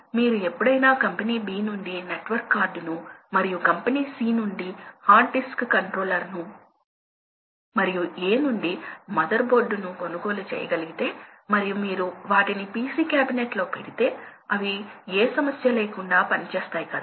మీరు కొంత మొత్తంలో ప్రెషర్ వ్యత్యాసాన్ని సృష్టించాలి అప్పుడు మీరు పైపును తీసుకుంటారని అనుకుందాం ఆపై పైపు ద్వారా కొంత మొత్తంలో ప్రవాహాన్ని సృష్టించగలుగుతారు మీరు పైపు రెండు చివరలలో కొంత మొత్తంలో ప్రెషర్ వ్యత్యాసాన్ని సృష్టించాలి